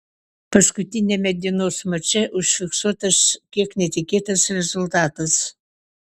paskutiniame dienos mače užfiksuotas kiek netikėtas rezultatas